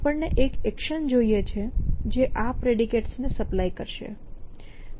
આપણને એક એક્શન જોઈએ છે જે આ પ્રેડિકેટ્સ ને સપ્લાય કરશે